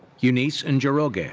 eunice and njoroge, yeah